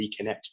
reconnect